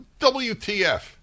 WTF